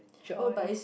joy